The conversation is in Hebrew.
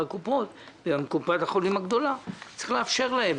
לא יכול להיות מצב שבו השירות בקופת חולים